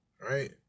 right